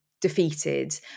defeated